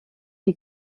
die